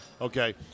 Okay